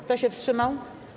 Kto się wstrzymał?